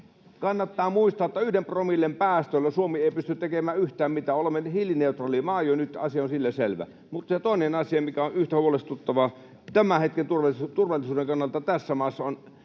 Kannattaa muistaa, että yhden promillen päästöillä Suomi ei pysty tekemään yhtään mitään. Olemme hiilineutraali maa jo nyt. Asia on sillä selvä. Mutta se toinen asia, mikä on yhtä huolestuttava tämän hetken turvallisuuden kannalta tässä maassa, on